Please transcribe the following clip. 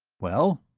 well?